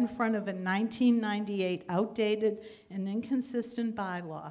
in front of a nine hundred ninety eight outdated and inconsistent by law